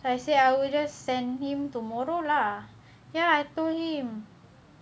I say I will send him tomorrow lah ya I told him